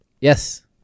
Yes